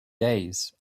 days